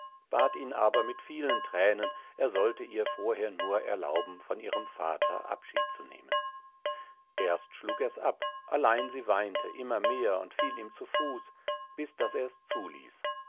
bat ihn aber mit vielen thränen er sollte ihr vorher nur erlauben von ihrem vater abschied zu nehmen erst schlug ers ab allein sie weinte immer mehr und fiel ihm zu fuß bis daß ers zuließ